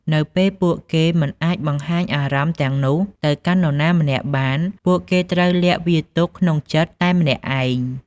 នៅពេលពួកគេមិនអាចបង្ហាញអារម្មណ៍ទាំងនោះទៅកាន់នរណាម្នាក់បាន ពួកគេត្រូវលាក់វាទុកក្នុងចិត្តតែម្នាក់ឯង។